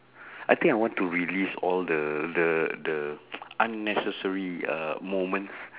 I think I want to release all the the the unnecessary uh moments